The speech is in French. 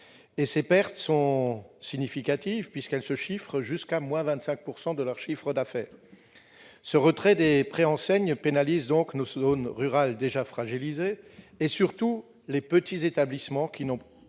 Ces pertes sont significatives puisqu'elles peuvent aller jusqu'à une baisse de 25 % du chiffre d'affaires. Le retrait des préenseignes pénalise donc nos zones rurales déjà fragilisées et, surtout, les petits établissements qui n'ont